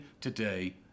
today